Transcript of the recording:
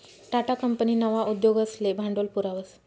Tata company नवा उद्योगसले भांडवल पुरावस